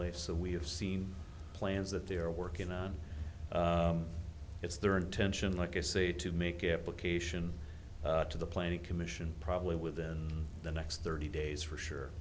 have seen plans that they're working on it's their intention like i say to make application to the planning commission probably within the next thirty days for sure